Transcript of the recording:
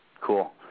Cool